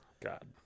God